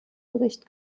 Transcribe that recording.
bericht